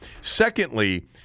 Secondly